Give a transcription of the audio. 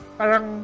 parang